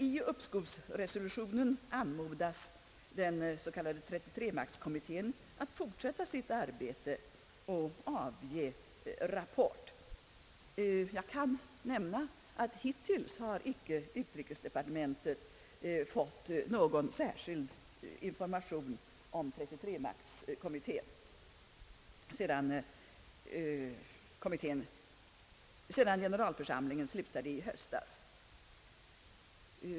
I uppskovsresolutionen anmodades den s.k. 33-maktskommittén att fortsätta sitt arbete och avge rapport. Jag kan emellertid nämna att utrikesdepartementet inte har fått någon särskild information om 33-maktskommittén sedan generalförsamlingen slutade i höstas.